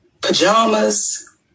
pajamas